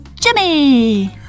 Jimmy